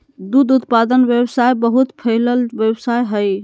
दूध उत्पादन व्यवसाय बहुत फैलल व्यवसाय हइ